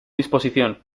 disposición